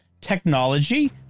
technology